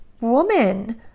woman